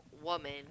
woman